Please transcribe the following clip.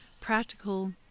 practical